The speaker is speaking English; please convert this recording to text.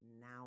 now